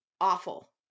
awful